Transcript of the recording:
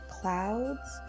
clouds